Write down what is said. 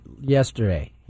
yesterday